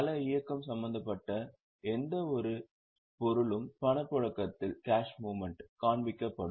பண இயக்கம் சம்பந்தப்பட்ட எந்தவொரு பொருளும் பணப்புழக்கத்தில் காண்பிக்கப்படும்